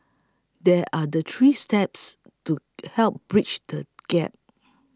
there are the three steps to help bridge the gap